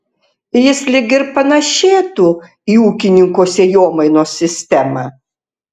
jis lyg ir panėšėtų į ūkininko sėjomainos sistemą